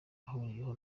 ahuriyeho